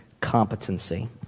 competency